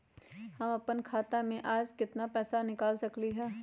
हम अपन खाता में से आज केतना पैसा निकाल सकलि ह?